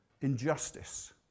Injustice